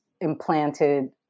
implanted